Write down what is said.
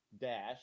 dash